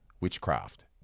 witchcraft